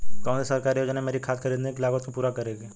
कौन सी सरकारी योजना मेरी खाद खरीदने की लागत को पूरा करेगी?